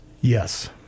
yes